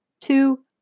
Two